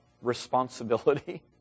responsibility